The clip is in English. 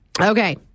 Okay